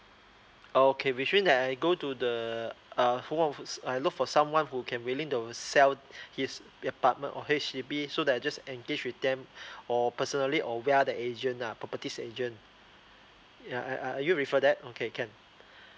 okay which mean that I go to the uh hold on first I look for someone who can willing to sell his apartment or H_D_B so that just engage with them or personally or via the agent lah properties agent ya are are are you refer that okay can